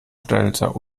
stelzer